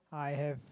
I have